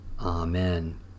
Amen